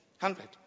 Hundred